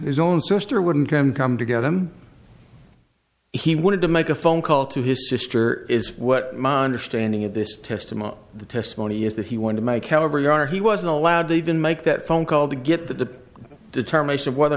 his own sister wouldn't him come to get him he wanted to make a phone call to his sister is what monder standing at this testimony the testimony is that he wanted to make however you are he wasn't allowed to even make that phone call to get the determination of whether or